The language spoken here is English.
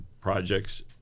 projects